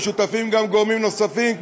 ושותפים גם גורמים נוספים,